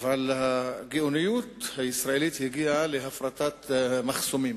אבל הגאונות הישראלית הביאה להפרטת מחסומים,